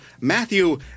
Matthew